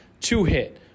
two-hit